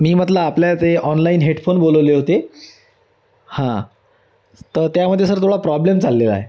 मी म्हटलं आपल्या ते ऑनलाईन हेडफोन बोलवले होते हां तर त्यामध्ये सर थोडा प्रॉब्लेम चाललेला आहे